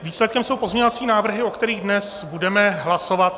Výsledkem jsou pozměňovací návrhy, o kterých dnes budeme hlasovat.